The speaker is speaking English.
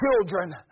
children